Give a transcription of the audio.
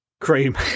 cream